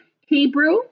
Hebrew